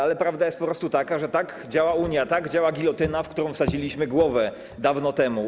Ale prawda jest po prostu taka, że tak działa Unia, tak działa gilotyna, w którą wsadziliśmy głowę dawno temu.